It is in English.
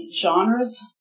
genres